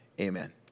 Amen